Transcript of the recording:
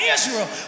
Israel